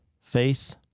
faith